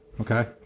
Okay